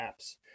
apps